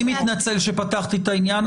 אני מתנצל שפתחתי את העניין.